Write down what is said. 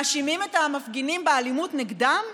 מאשימים את המפגינים באלימות נגדם?